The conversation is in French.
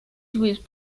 joueuses